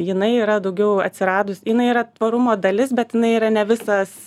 jinai yra daugiau atsiradus jinai yra tvarumo dalis bet jinai yra ne visas